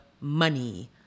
money